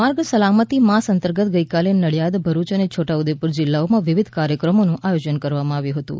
માર્ગ સલામતી માસ અંતર્ગત ગઇકાલે નડીયાદ ભરૂચ અને છોટા ઉદ્દેપુર જિલ્લાઓમાં વિવિધ કાર્યક્રમોનું આયોજન કરવામાં આવ્યું હતું